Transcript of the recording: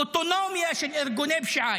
אוטונומיה של ארגוני פשיעה.